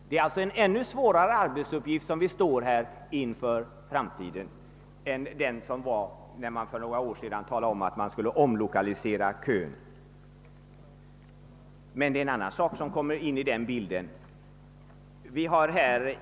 Vi står alltså inför en ännu svårare arbetsuppgift i framtiden än vi gjorde när man för några år sedan talade om att omlokalisera företag som stod i kö för att få bygga ut. En annan sak kommer också in i bilden.